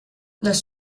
les